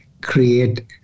create